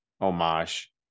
homage